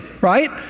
right